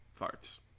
farts